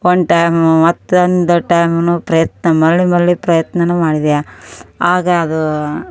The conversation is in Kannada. ಒನ್ ಟೈಮು ಮತ್ತೊಂದು ಟೈಮ್ನೂ ಪ್ರಯತ್ನ ಮರಳಿ ಮರಳಿ ಪ್ರಯತ್ನನೂ ಮಾಡಿದೆ ಆಗ ಅದೂ